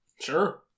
Sure